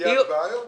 תהיה הצבעה היום?